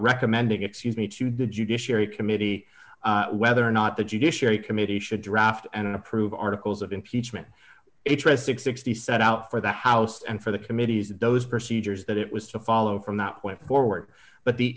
recommending excuse me to the judiciary committee whether or not the judiciary committee should draft and approve articles of impeachment interesting sixty set out for the house and for the committees those procedures that it was to follow from that point forward but the